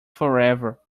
forever